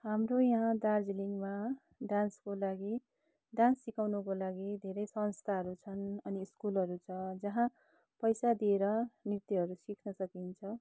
हाम्रो यहाँ दार्जिलिङमा डान्सको लागि डान्स सिकाउनको लागि धेरै संस्थाहरू छन् अनि स्कुलहरू छ जहाँ पैसा दिएर नृत्यहरू सिक्न सकिन्छ